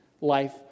life